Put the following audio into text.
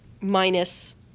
minus